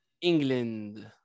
England